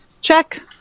check